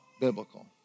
biblical